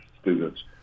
students